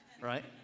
right